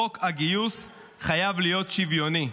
חוק הגיוס חייב להיות שוויוני,